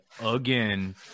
again